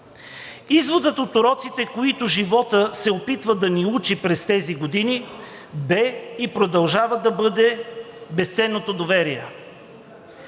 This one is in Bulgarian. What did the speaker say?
Изводът от уроците, които животът се опитва да ни учи през тези години, бе и продължава да бъде безценното доверие.